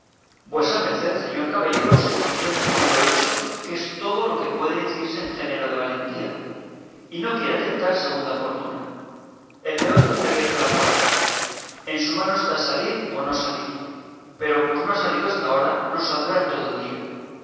vuesa merced señor caballero se contente con lo hecho que es todo lo que puede decirse en género de valentía y no quiera tentar segunda fortuna el león tiene abierta la puerta en su mano está salir o no salir pero pues no ha salido hasta ahora no saldrá en todo el día